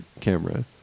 camera